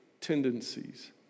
tendencies